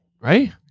right